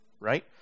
right